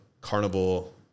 carnival